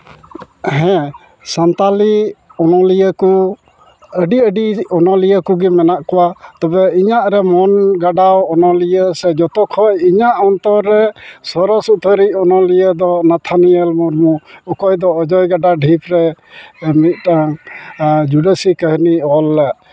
ᱦᱮᱸ ᱥᱟᱱᱛᱟᱲᱤ ᱚᱱᱚᱞᱤᱭᱟᱹ ᱠᱚ ᱟᱹᱰᱤ ᱟᱹᱰᱤ ᱚᱱᱚᱞᱤᱭᱟᱹ ᱠᱚᱜᱮ ᱢᱮᱱᱟᱜ ᱠᱚᱣᱟ ᱛᱚᱵᱮ ᱤᱧᱟᱹᱜ ᱨᱮ ᱢᱚᱱ ᱜᱟᱰᱟᱣ ᱚᱱᱚᱞᱤᱭᱟᱹ ᱥᱮ ᱡᱷᱚᱛᱚ ᱠᱷᱚᱡ ᱤᱧᱟᱹᱜ ᱚᱛᱚᱨ ᱨᱮ ᱥᱚᱨᱮᱥ ᱩᱛᱟᱹᱨᱤᱡ ᱚᱱᱚᱞᱤᱭᱟᱹ ᱫᱚ ᱱᱟᱛᱷᱟᱱᱤᱭᱮᱞ ᱢᱩᱨᱢᱩ ᱚᱠᱚᱭ ᱫᱚ ᱚᱡᱚᱭ ᱜᱟᱰᱟ ᱰᱷᱤᱯ ᱨᱮ ᱢᱤᱫᱴᱟᱝ ᱡᱩᱰᱟᱹᱥᱤ ᱠᱟᱹᱦᱱᱤ ᱚᱞ ᱞᱮᱜ